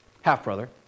half-brother